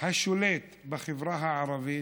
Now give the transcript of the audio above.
השולט בחברה הערבית,